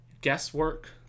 guesswork